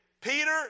Peter